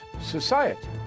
society